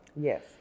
Yes